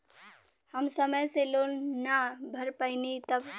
हम समय से लोन ना भर पईनी तब?